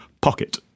pocket